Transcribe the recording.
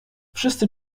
wszyscy